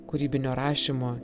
kūrybinio rašymo